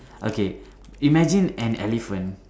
okay imagine an elephant